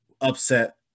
upset